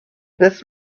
this